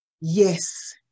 yes